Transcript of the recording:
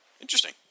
Interesting